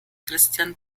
christian